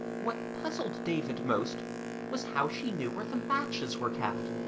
what puzzled david most was how she knew where the matches were kept.